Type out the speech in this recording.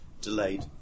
delayed